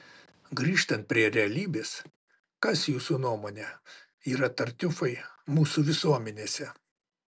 grįžtant prie realybės kas jūsų nuomone yra tartiufai mūsų visuomenėse